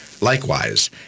Likewise